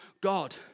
God